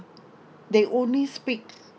they only speak